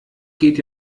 geht